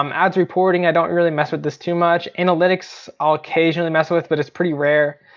um ads reporting, i don't really mess with this too much. analytics i'll occasionally mess with, but it's pretty rare.